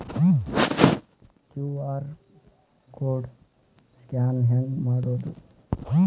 QR code scan ಹೆಂಗ್ ಮಾಡೋದು?